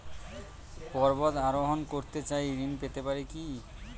পর্বত আরোহণ করতে চাই ঋণ পেতে পারে কি?